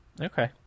Okay